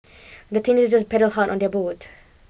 the teenagers paddled hard on their boat